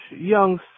Young